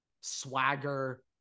swagger